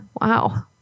Wow